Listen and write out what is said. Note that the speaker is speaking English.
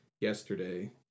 yesterday